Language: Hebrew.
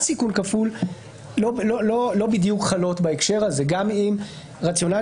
סיכון כפול לא בדיוק חלים בהקשר הזה גם אם רציונלים